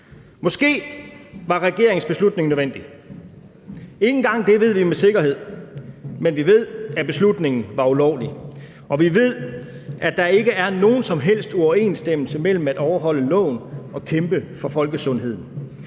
Måske var regeringens beslutning nødvendig. Ikke engang det ved vi med sikkerhed, men vi ved, at beslutningen var ulovlig, og vi ved, at der ikke er nogen som helst uoverensstemmelse mellem at overholde loven og kæmpe for folkesundheden.